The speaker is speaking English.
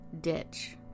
ditch